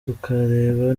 tukareba